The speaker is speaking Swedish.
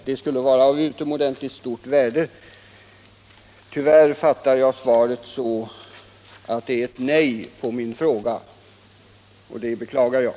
Det skulle vara av utomordentligt stort värde, om så kunde ske. Jag beklagar emellertid att jag måste fatta svaret som ett nej på min fråga.